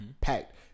Packed